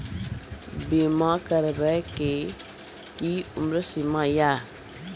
बीमा करबे के कि उम्र सीमा या?